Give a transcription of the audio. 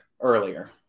earlier